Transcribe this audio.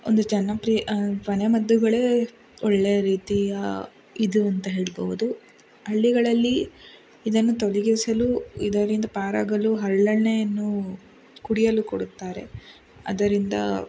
ಒಂದು ಜನಪ್ರಿಯ ಮನೆಮದ್ದುಗಳೇ ಒಳ್ಳೆಯ ರೀತಿಯ ಇದು ಅಂತ ಹೇಳಬಹುದು ಹಳ್ಳಿಗಳಲ್ಲಿ ಇದನ್ನು ತೊಲಗಿಸಲು ಇದರಿಂದ ಪಾರಾಗಲು ಹರಳೆಣ್ಣೆಯನ್ನು ಕುಡಿಯಲು ಕೊಡುತ್ತಾರೆ ಅದರಿಂದ